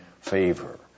favor